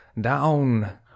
down